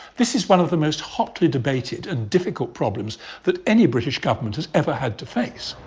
this is one of the most hotly debated and difficult problems that any british government has ever had to face.